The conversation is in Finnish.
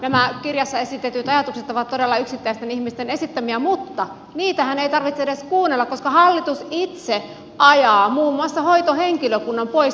nämä kirjassa esitetyt ajatukset ovat todella yksittäisten ihmisten esittämiä mutta niitähän ei tarvitse edes kuunnella koska hallitus itse ajaa muun muassa hoitohenkilökunnan pois työpaikoiltaan